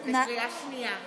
ההצעה עברה בקריאה שנייה.